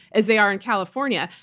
as they are in california.